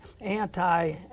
anti